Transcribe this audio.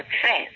success